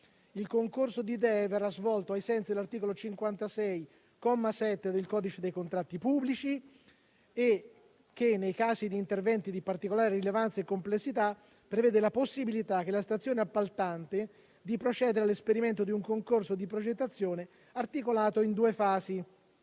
Il concorso di idee verrà svolto ai sensi dell'articolo 56, comma 7, del codice dei contratti pubblici che, nei casi di interventi di particolare rilevanza e complessità, prevede la possibilità per la stazione appaltante di procedere all'esperimento di un concorso di progettazione articolato in due fasi.